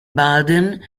baden